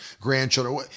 grandchildren